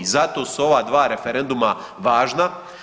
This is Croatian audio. I zato su ova dva referenduma važna.